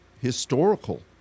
historical